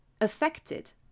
affected